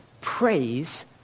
Praise